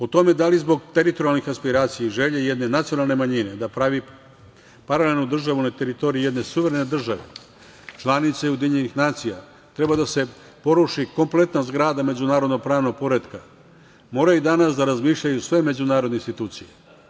U tome da li zbog teritorijalnih aspiracija ili želja jedne nacionalne manjine da pravi paralelnu državu na teritoriji jedne suverene države, članice UN, treba da se poruši kompletna zgrada međunarodnog pravnog poretka, moraju danas da razmišljaju sve međunarodne institucije.